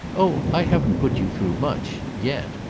oh i haven't put you through much yet.